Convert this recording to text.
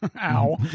Ow